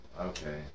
okay